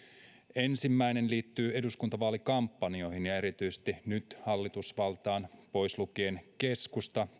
ensimmäinen liittyy eduskuntavaalikampanjoihin ja erityisesti nyt hallitusvaltaan tarrautuvien puolueiden pois lukien keskusta